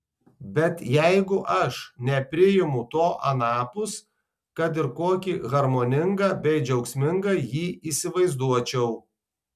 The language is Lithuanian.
bet jeigu aš nepriimu to anapus kad ir kokį harmoningą bei džiaugsmingą jį įsivaizduočiau